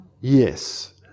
Yes